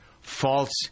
false